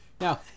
Now